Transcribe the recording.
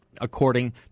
According